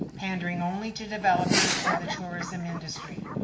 pandering only to developers or the tourism industry.